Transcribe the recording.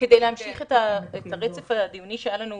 כדי להמשיך את הרצף הדיוני על המהות,